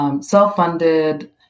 Self-funded